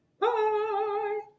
Bye